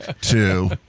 two